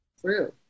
True